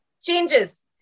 changes